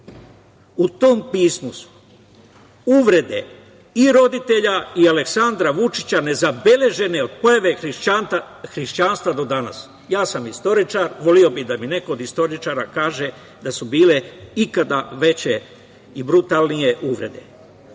tom pismu su uvrede i roditelja i Aleksandra Vučića nezabeležene od pojave hrišćanstva do danas. Ja sam istoričar, voleo bih da mi neko od istoričara kaže da su bile ikada veće i brutalnije uvrede. Šta